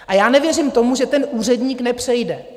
A já nevěřím tomu, že ten úředník nepřejde.